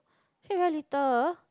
I feel very little